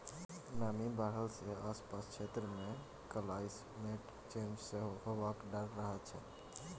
नमी बढ़ला सँ आसपासक क्षेत्र मे क्लाइमेट चेंज सेहो हेबाक डर रहै छै